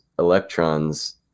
electrons